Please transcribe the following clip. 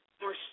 more